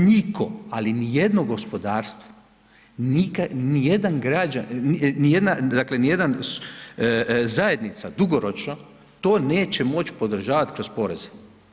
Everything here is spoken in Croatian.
Nitko ali ni jedno gospodarstvo, ni jedan građanin, ni jedna zajednica dugoročno, to neće moći podržavati kroz poreze.